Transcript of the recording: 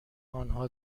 آنها